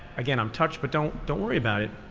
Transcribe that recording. again, i'm touched, but don't don't worry about it.